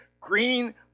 green